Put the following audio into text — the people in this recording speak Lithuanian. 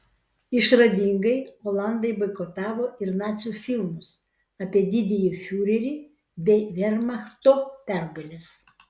išradingai olandai boikotavo ir nacių filmus apie didįjį fiurerį bei vermachto pergales